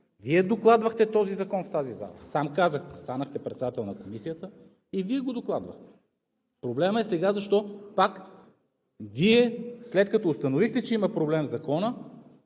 Вие докладвахте този закон в залата. Сам казахте – станахте председател на Комисията, и Вие го докладвахте. Проблемът е сега, защо пак Вие, след като установихте, че има проблем в Закона